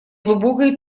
глубокой